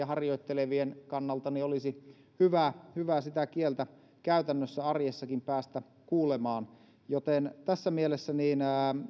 harjoittelevien kannalta olisi hyvä sitä kieltä käytännössä arjessakin päästä kuulemaan tässä mielessä